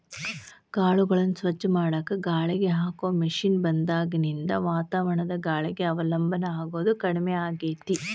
ಕಾಳುಗಳನ್ನ ಸ್ವಚ್ಛ ಮಾಡಾಕ ಗಾಳಿಗೆ ಹಾಕೋ ಮಷೇನ್ ಬಂದಾಗಿನಿಂದ ವಾತಾವರಣದ ಗಾಳಿಗೆ ಅವಲಂಬನ ಆಗೋದು ಕಡಿಮೆ ಆಗೇತಿ